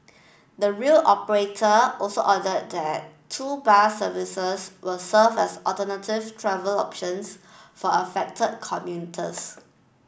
the rail operator also added that two bus services will serve as alternative travel options for affected commuters